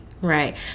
Right